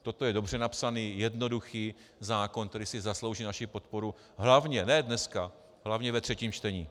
Toto je dobře napsaný, jednoduchý zákon, který si zaslouží naši podporu hlavně ne dneska hlavně ve třetím čtení.